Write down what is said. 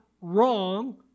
wrong